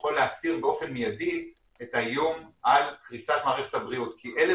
יכול להסיר באופן מיידי את האיום על קריסה של מערכת הבריאות כי אלה